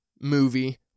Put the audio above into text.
movie